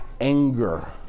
anger